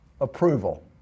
approval